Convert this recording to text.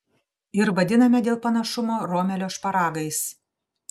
ir vadiname dėl panašumo romelio šparagais